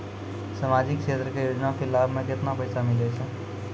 समाजिक क्षेत्र के योजना के लाभ मे केतना पैसा मिलै छै?